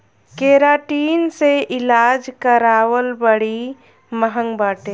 keratin से इलाज करावल बड़ी महँग बाटे